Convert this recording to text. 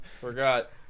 Forgot